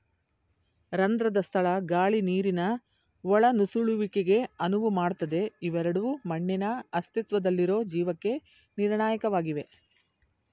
ರಂಧ್ರದ ಸ್ಥಳ ಗಾಳಿ ನೀರಿನ ಒಳನುಸುಳುವಿಕೆಗೆ ಅನುವು ಮಾಡ್ತದೆ ಇವೆರಡೂ ಮಣ್ಣಿನ ಅಸ್ತಿತ್ವದಲ್ಲಿರೊ ಜೀವಕ್ಕೆ ನಿರ್ಣಾಯಕವಾಗಿವೆ